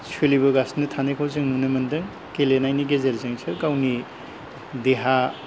सोलिबोगासिनो थानायखौ जों नुनो मोनदों गेलेनायनि गेजेरजोंसो गावनि देहा